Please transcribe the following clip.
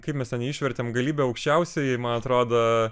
kaip mes ten jį išvertėm galybę aukščiausiajai man atrodo